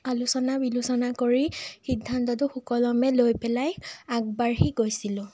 আলোচনা বিলোচনা কৰি সিদ্ধান্তটো সুকলমে লৈ পেলাই আগবাঢ়ি গৈছিলোঁ